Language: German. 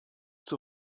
zur